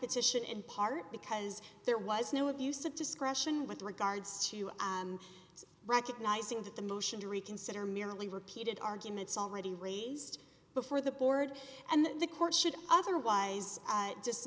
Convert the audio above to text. petition in part because there was no abuse of discretion with regards to recognizing that the motion to reconsider merely repeated arguments already raised before the board and the court should otherwise